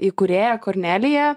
įkūrėja kornelija